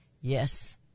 Yes